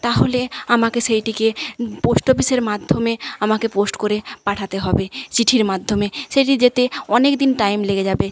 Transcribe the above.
তাহলে আমাকে সেইটিকে পোস্ট অফিসের মাধ্যমে আমাকে পোস্ট করে পাঠাতে হবে চিঠির মাধ্যমে সেইটি যেতে অনেকদিন টাইম লেগে যাবে